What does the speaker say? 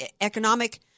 economic